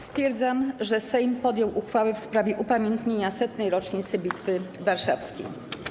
Stwierdzam, że Sejm podjął uchwałę w sprawie upamiętnienia 100. rocznicy Bitwy Warszawskiej.